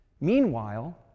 Meanwhile